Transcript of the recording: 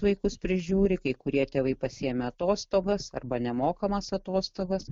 vaikus prižiūri kai kurie tėvai pasiėmę atostogas arba nemokamas atostogas